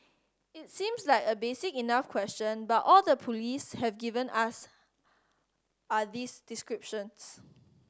it seems like a basic enough question but all the police have given us are these descriptions